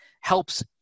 helps